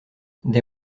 des